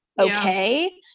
okay